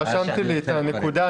רשמתי לי את הנקודה,